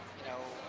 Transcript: you know,